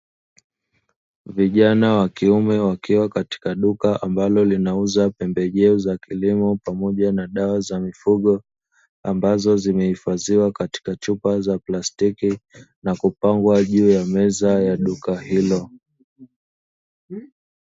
Vijana wa kiume wakiwa katika duka ambalo linauza pembejeo za kilimo pamoja na dawa za mifugo, ambazo zimehifadhiwa katika chupa za plastiki na kupangwa juu ya meza ya duka hilo.